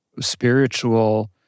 spiritual